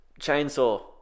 Chainsaw